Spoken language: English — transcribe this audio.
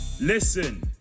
Listen